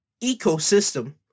ecosystem